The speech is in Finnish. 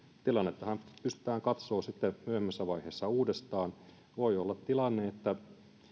tilannettahan pystytään katsomaan sitten myöhemmässä vaiheessa uudestaan voi olla tilanne että